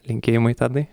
linkėjimai tadai